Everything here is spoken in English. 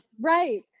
Right